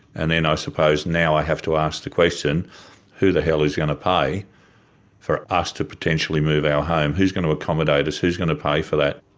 and then i suppose now i have to ask the question who the hell is going to pay for us to potentially move our home, who's going to accommodate us, who's going to pay for that?